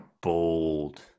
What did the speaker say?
bold